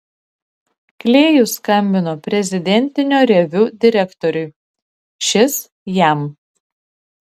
klėjus skambino prezidentinio reviu direktoriui šis jam